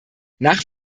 nach